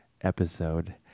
episode